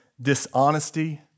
dishonesty